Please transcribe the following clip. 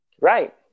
Right